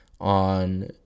on